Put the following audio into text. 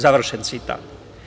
Završen citat.